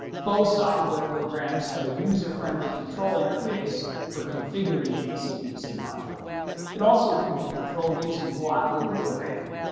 both software programs have a user-friendly control interface for configuring the ac dc module it also can be controlled using blockly programming.